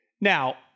Now